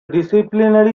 disciplinary